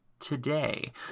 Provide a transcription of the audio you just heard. today